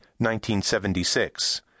1976